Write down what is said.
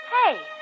Hey